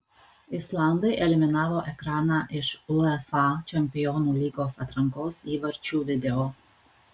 islandai eliminavo ekraną iš uefa čempionų lygos atrankos įvarčių video